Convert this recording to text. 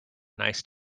nice